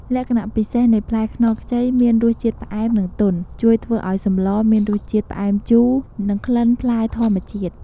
លក្ខណៈពិសេសនៃផ្លែខ្នុរខ្ចីមានរសជាតិផ្អែម និងទន់ ជួយធ្វើឱ្យសម្លមានរសជាតិផ្អែមជូរ និងក្លិនផ្លែធម្មជាតិ។